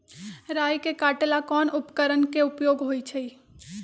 राई के काटे ला कोंन उपकरण के उपयोग होइ छई?